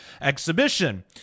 exhibition